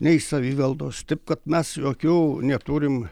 nei savivaldos taip kad mes jokių neturim